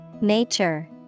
Nature